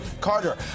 Carter